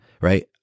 right